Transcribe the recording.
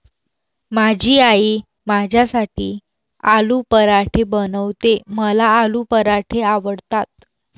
माझी आई माझ्यासाठी आलू पराठे बनवते, मला आलू पराठे आवडतात